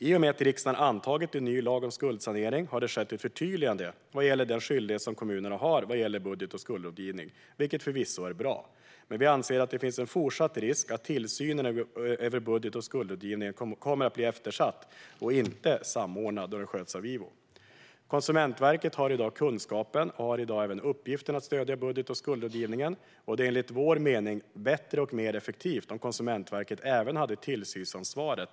I och med att riksdagen antagit en ny lag om skuldsanering har det skett ett förtydligande av den skyldighet som kommunerna har vad gäller budget och skuldrådgivning, vilket förvisso är bra. Men vi anser att det finns fortsatt risk att tillsynen av budget och skuldrådgivningen kommer att bli eftersatt och inte samordnad när den sköts av IVO. Konsumentverket har i dag kunskapen och även uppgiften att stödja budget och skuldrådgivningen. Det vore enligt vår mening bättre och mer effektivt om Konsumentverket även hade tillsynsansvaret.